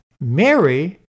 Mary